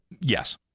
Yes